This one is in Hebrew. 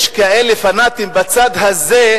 יש כאלה פנאטים בצד הזה,